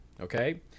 okay